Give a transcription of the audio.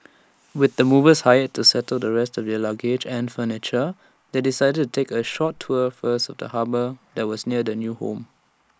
with the movers hired to settle the rest of their luggage and furniture they decided to take A short tour first of the harbour that was near their new home